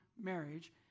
marriage